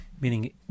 meaning